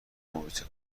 محیط